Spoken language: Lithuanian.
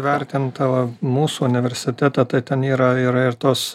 vertinta tavo mūsų universitete tai ten yra ir ir tos